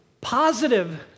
positive